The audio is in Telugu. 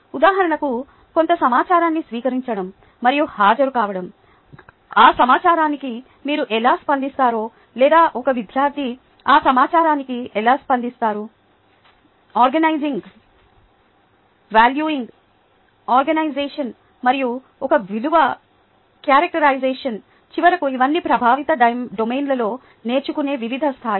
ఉదాహరణకు కొంత సమాచారాన్ని స్వీకరించడం మరియు హాజరు కావడం ఆ సమాచారానికి మీరు ఎలా స్పందిస్తారు లేదా ఒక విద్యార్థి ఆ సమాచారానికి ఎలా స్పందిస్తారు ఆర్గనైజింగ్ వాల్యుయింగ్ ఆర్గనైజేషన్ మరియు ఒక విలువ క్యారెక్టరైజేషన్ చివరకు ఇవన్నీ ప్రభావిత డొమైన్లో నేర్చుకునే వివిధ స్థాయిలు